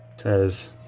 Says